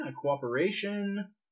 cooperation